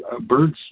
birds